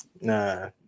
nah